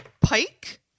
Pike